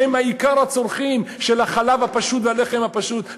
שהן עיקר הצורכים את החלב הפשוט והלחם הפשוט?